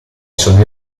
sono